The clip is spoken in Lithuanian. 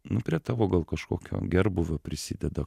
nu prie tavo gal kažkokio gerbūvio prisideda